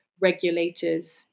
regulators